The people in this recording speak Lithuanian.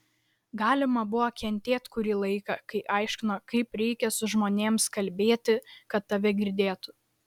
galima buvo kentėt kurį laiką kai aiškino kaip reikia su žmonėms kalbėti kad tave girdėtų